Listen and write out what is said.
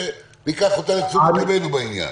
ניקח את זה לתשומת ליבנו בעניין.